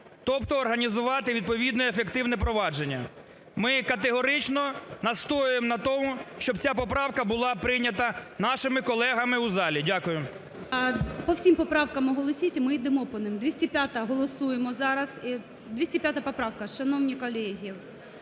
тобто організувати відповідне ефективне провадження. Ми категорично настоюємо на тому, щоб ця поправка була прийнята нашими колегами у залі. Дякую. ГОЛОВУЮЧИЙ. По всім поправкам оголосіть, і ми йдемо по ним. 205-а, голосуємо зараз. 205 поправка, шановні колеги,